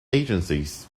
agencies